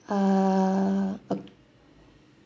uh